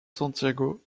santiago